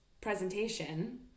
presentation